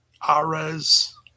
Ares